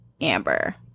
Amber